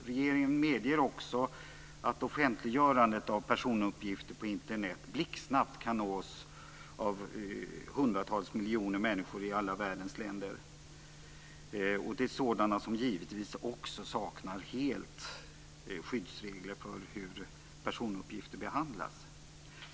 Regeringen medger också att offentliggörandet av personuppgifter på Internet blixtsnabbt kan nås av hundratals miljoner människor i alla världens länder - givetvis också sådana som helt saknar skyddsregler för hur personuppgifter behandlas.